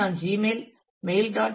எனவே நான் Gmail Gmail mail